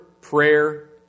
prayer